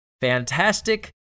fantastic